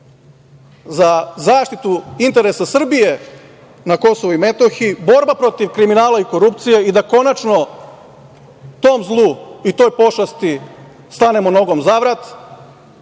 za zaštitu interesa Srbije na Kosovu i Metohiji, borba protiv kriminala i korupcije i da konačno tom zlu i toj pošasti stanemo nogom za vrat,